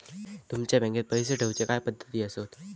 तुमच्या बँकेत पैसे ठेऊचे काय पद्धती आसत?